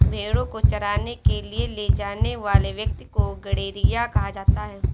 भेंड़ों को चराने के लिए ले जाने वाले व्यक्ति को गड़ेरिया कहा जाता है